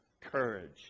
courage